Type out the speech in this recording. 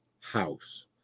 house